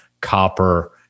copper